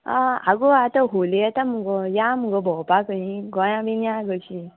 आं आगो आतां होली येता मगो या मगो भोवपाक खंयी गोंया बीन या गो अशीं